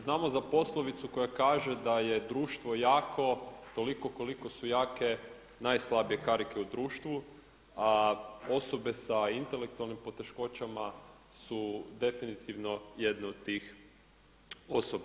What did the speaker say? Znamo za poslovicu koja kaže da je društvo jako toliko koliko u jake najslabije karike u društvu a osobe sa intelektualnim poteškoćama su definitivno jedne od tih osoba.